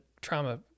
trauma